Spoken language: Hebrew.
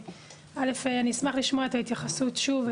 אני אשמח לשמוע את ההתייחסות שוב,